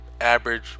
average